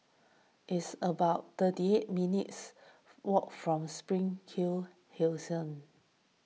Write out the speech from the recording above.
it's about thirty eight minutes' walk from Springhill Crescent